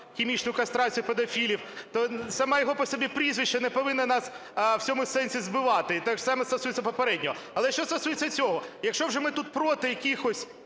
хімічну кастрацію педофілів, то саме його по собі прізвище не повинно нас в цьому сенсі збивати. І те ж саме стосується попереднього. Але що стосується цього. Якщо вже ми тут проти якихось